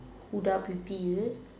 Huda beauty is it